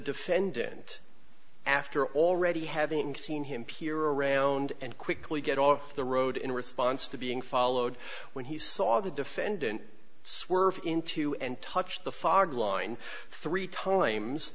defendant after already having seen him peer around and quickly get off the road in response to being followed when he saw the defendant swerve into and touch the fog line three times